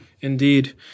Indeed